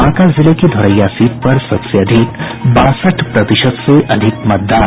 बांका जिले की धोरैया सीट पर सबसे अधिक बासठ प्रतिशत से अधिक मतदान